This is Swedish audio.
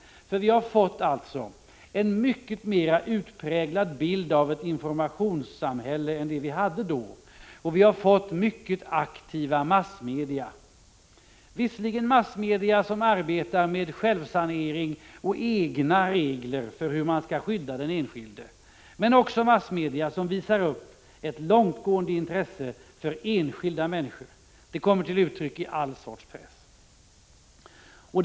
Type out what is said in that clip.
Vi har fått ett mycket mer utpräglat informationssamhälle än det vi hade då. Vi har fått mycket aktiva massmedia, visserligen massmedia som arbetar med självsanering och egna regler för hur man skall skydda den enskilde, men också massmedia som visar ett långtgående intresse för enskilda människor. Det kommer till uttryck i all sorts press.